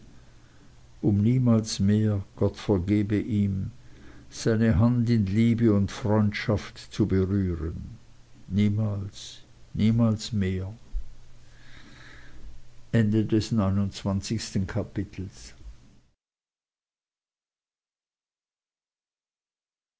um niemals mehr gott vergebe ihm seine hand in liebe und freundschaft zu berühren niemals niemals mehr